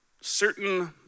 certain